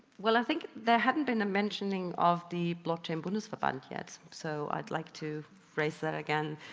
well i think there hadn't been a mentioning of the blockchain bundesverband yet. so i'd like to raise that again,